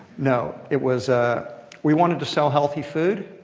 no. it was ah we wanted to sell healthy food,